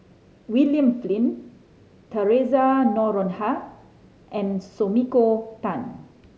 William Flint Theresa Noronha and Sumiko Tan